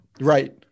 right